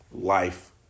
life